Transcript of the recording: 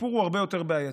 הסיפור הוא הרבה יותר בעייתי,